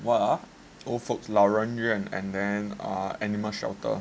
what ah old folks 老人院 and then uh animal shelter